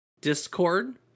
Discord